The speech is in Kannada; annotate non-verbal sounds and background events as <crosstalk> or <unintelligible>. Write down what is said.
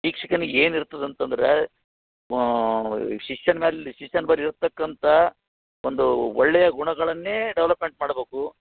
ಶಿಕ್ಷಕನಿಗೆ ಏನು ಇರ್ತದಂತದ್ರೆ ಶಿಷ್ಯನ ಮ್ಯಾಲೆ ಶಿಷ್ಯನ <unintelligible> ಇರತಕ್ಕಂಥ ಒಂದು ಒಳ್ಳೆಯ ಗುಣಗಳನ್ನೇ ಡೆವಲಪ್ಮೆಂಟ್ ಮಾಡಬೇಕು